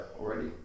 already